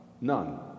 None